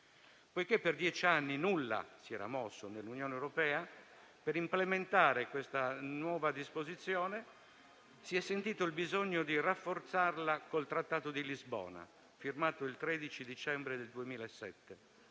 Poiché per dieci anni nulla si era mosso nell'Unione europea, per implementare questa nuova disposizione si è sentito il bisogno di rafforzarla con il Trattato di Lisbona, firmato il 13 dicembre 2007,